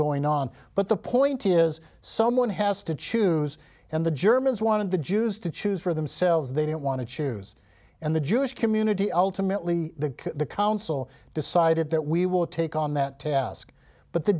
going on but the point is someone has to choose and the germans wanted the jews to choose for themselves they didn't want to choose and the jewish community ultimately the council decided that we will take on that task but the